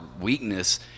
weakness